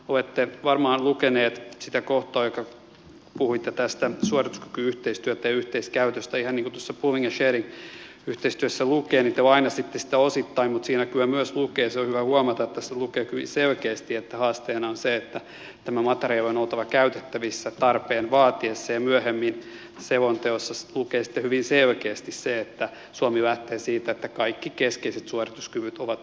olette varmaan lukenut sitä kohtaa puhuitte tästä suorituskyky yhteistyötä ja yhteiskäytöstä ihan niin kuin tuossa pooling sharing yhteistyössä lukee te lainasitte sitä osittain mutta on hyvä huomata että tässä lukee kyllä selkeästi että haasteena on se että tämän materiaalin on oltava käytettävissä tarpeen vaatiessa ja myöhemmin selonteossa lukee hyvin selkeästi se että suomi lähtee siitä että kaikki keskeiset suorituskyvyt ovat oman maan käsissä